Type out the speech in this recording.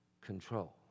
control